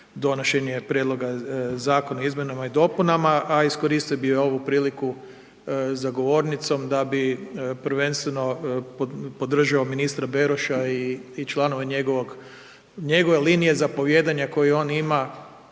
donošenje prijedloga zakona o izmjenama i dopunama, a iskoristio bi i ovu priliku za govornicom da bi prvenstveno podržao ministra Beroša i članove njegovog, njegove linije zapovijedanja koju on ima